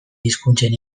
hizkuntzen